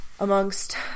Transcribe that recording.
amongst